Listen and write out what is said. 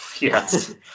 Yes